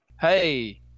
hey